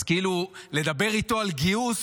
אז לדבר איתו על גיוס